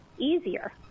easier